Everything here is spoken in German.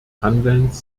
handelns